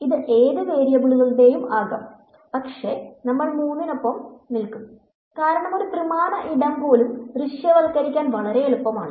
ഇത് ഏത് വേരിയബിളുകളുടെയും ആകാം പക്ഷേ നമ്മൾ മൂന്നിനൊപ്പം നിൽക്കും കാരണം ഒരു ത്രിമാന ഇടം പോലും ദൃശ്യവൽക്കരിക്കാൻ എളുപ്പമാണ്